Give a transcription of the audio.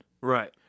Right